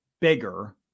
bigger